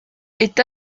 est